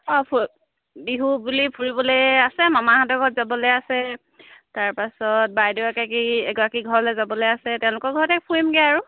অঁ ফু বিহু বুলি ফুৰিবলৈ আছে মামাহঁতৰ ঘৰত যাবলৈ আছে তাৰপাছত বাইদেউ এগৰাকী এগৰাকী ঘৰলৈ যাবলৈ আছে তেওঁলোকৰ ঘৰতে ফুৰিমগৈ আৰু